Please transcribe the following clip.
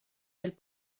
del